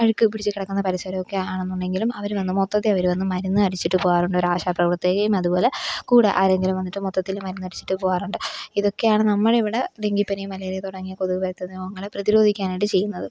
അഴ്ക്ക് പിടിച്ച് കിടക്കുന്ന പരിസരമൊക്കെ ആണെന്നുണ്ടെങ്കിലും അവർ വന്ന് മൊത്തത്തിൽ അവർ വന്ന് മരുന്ന് അടിച്ചിട്ട് പോകാറുണ്ട് ഒരു ആശാ പ്രവര്ത്തകേം അത്പോലെ കൂടെ ആരെങ്കിലും വന്നിട്ട് മൊത്തത്തിൽ മരുന്ന് അടിച്ചിട്ട് പോകാറുണ്ട് ഇതൊക്കെയാണ് നമ്മളിവിടെ ഡെങ്കിപ്പനി മലേറിയ തുടങ്ങിയ കൊതുക് പരത്തുന്ന രോഗങ്ങളെ പ്രതിരോധിക്കാനായിട്ട് ചെയ്യുന്നത്